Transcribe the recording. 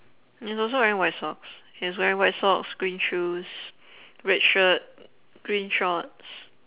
he's also wearing white socks he's wearing white socks green shoes red shirt green shorts